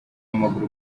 w’amaguru